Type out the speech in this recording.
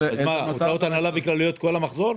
הוצאות הנהלה וכלליות כל המחזור?